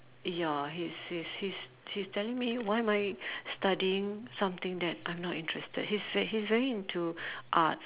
ya he's he's he's he's telling me why am I studying something that I'm not interested he's very he's very into arts